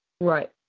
Right